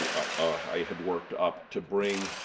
i had worked up to bring